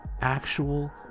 actual